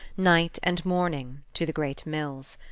night and morning, to the great mills.